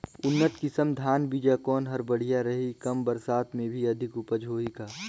उन्नत किसम धान बीजा कौन हर बढ़िया रही? कम बरसात मे भी अधिक उपज होही का?